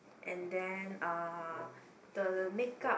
and then uh the makeup